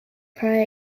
prior